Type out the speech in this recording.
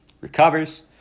recovers